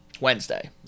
Wednesday